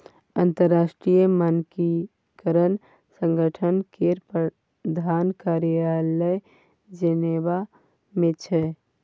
अंतरराष्ट्रीय मानकीकरण संगठन केर प्रधान कार्यालय जेनेवा मे छै